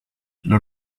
los